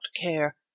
care